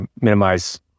minimize